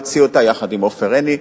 יחד עם עופר עיני,